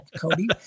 Cody